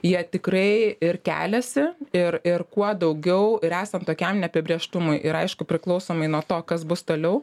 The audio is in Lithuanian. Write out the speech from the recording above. jie tikrai ir keliasi ir ir kuo daugiau ir esant tokiam neapibrėžtumui ir aišku priklausomai nuo to kas bus toliau